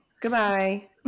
Goodbye